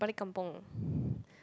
kampung